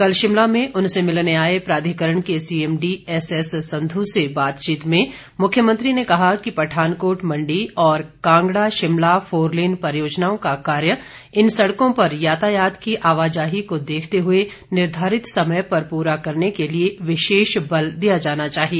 कल शिमला में उनसे मिलने आए प्राधिकरण के सीएमडी एस एस संध्य से बोतचीत में मुख्यमंत्री ने कहा कि पठानकोट मण्डी और कांगड़ा शिमला फोर लेन परियोजनाओं का कार्य इन सड़कों पर यातायात की आवाजाही को देखते हुए निर्धारित समय पर पूरा करने के लिए विशेष बल दिया जाना चाहिए